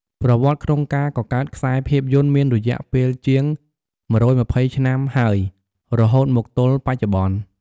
ប្រវត្តិក្នុងការកកើតខ្សែភាពយន្តមានរយៈពេលជាង ១២៥ ឆ្នាំហើយ រហូតមកទល់បច្ចុប្បន្ន។